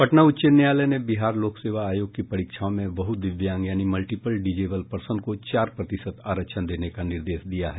पटना उच्च न्यायालय ने बिहार लोकसेवा आयोग की परीक्षाओं में बहुदिव्यांग यानि मल्टीपल डिजेबल पर्सन को चार प्रतिशत आरक्षण देने का निर्देश दिया है